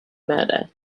murder